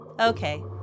Okay